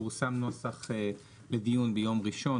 פורסם נוסח לדיון ביום ראשון,